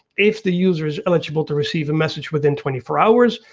if the user is eligible to receive a message within twenty four hours,